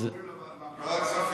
ועדת כספים.